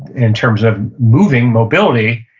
in terms of moving, mobility,